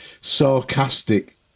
sarcastic